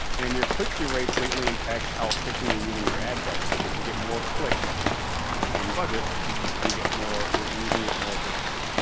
and your click-through rate greatly impacts how efficiently you're using your ad budget because if you get more clicks with the same budget you get more, you're using it more efficiently.